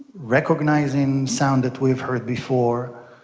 recognising sounds that we've heard before,